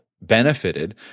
benefited